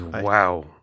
Wow